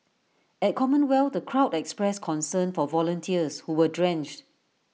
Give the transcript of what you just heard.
at commonwealth the crowd expressed concern for volunteers who were drenched